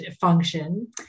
function